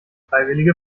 freiwillige